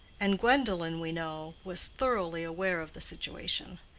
and gwendolen, we know, was thoroughly aware of the situation.